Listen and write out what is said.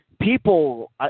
People